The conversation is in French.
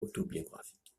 autobiographiques